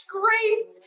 grace